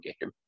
game